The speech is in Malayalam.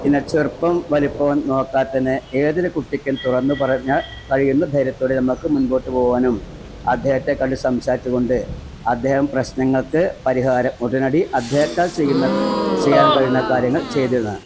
പിന്നെ ചെറുപ്പം വലുപ്പവും നോക്കാതെ തന്നെ ഏതൊരു കുട്ടിക്കും തുറന്നു പറഞ്ഞാൽ കഴിയുന്ന ധൈര്യത്തോടെ നമുക്ക് മുന്പോട്ടു പോകാനും അദ്ദേഹത്തെ കണ്ട് സംസാരിച്ചുകൊണ്ട് അദ്ദേഹം പ്രശ്നങ്ങള്ക്ക് പരിഹാരം ഉടനടി അദ്ദേഹത്താല് ചെയ്യുന്ന ചെയ്യാന് കഴിയുന്ന കാര്യങ്ങള് ചെയ്തുത